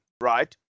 right